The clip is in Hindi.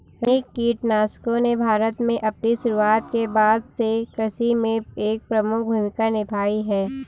रासायनिक कीटनाशकों ने भारत में अपनी शुरूआत के बाद से कृषि में एक प्रमुख भूमिका निभाई है